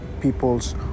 people's